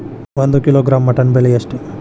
ಒಂದು kilogram mutton ಬೆಲೆ ಎಷ್ಟ್?